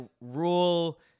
rule